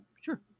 sure